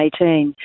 2018